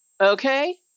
Okay